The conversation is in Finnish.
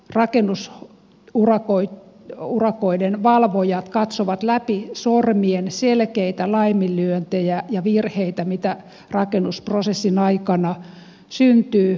rakennus urakoi ja rakennusurakoiden valvojat katsovat läpi sormien selkeitä laiminlyöntejä ja virheitä mitä rakennusprosessin aikana syntyy